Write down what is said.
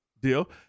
deal